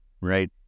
right